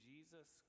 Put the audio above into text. Jesus